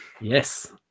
Yes